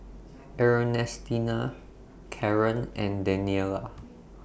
Ernestina Karen and Daniela